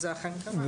וזה אכן קרה.